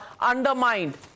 undermined